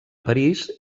parís